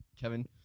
Kevin